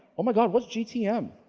oh my god, what's gtm?